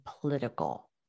political